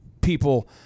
people